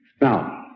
now